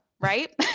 right